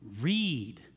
Read